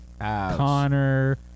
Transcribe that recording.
Connor